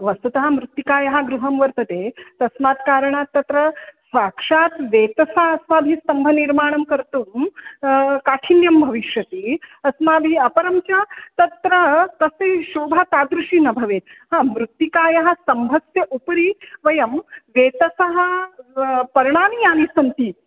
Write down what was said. वस्तुतः मृत्तिकायाः गृहं वर्तते तस्मात् कारणात् तत्र साक्षात् वेतसा अस्माभिः स्तम्भनिर्माणं कर्तुं काठिन्यं भविष्यति अस्माभिः अपरं च तत्र तस्य शोभा तादृशी न भवेत् हा मृत्तिकायाः स्तम्भस्य उपरि वयं वेतसः पर्णानि यानि सन्ति